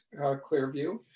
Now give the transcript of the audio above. clearview